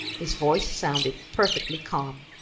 his voice sounded perfectly calm.